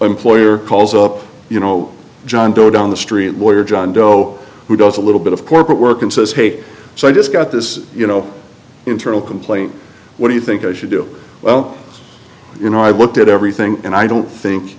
employer calls up you know john doe down the street lawyer john doe who does a little bit of corporate work and says hey so i just got this you know internal complaint what do you think i should do well you know i've looked at everything and i don't think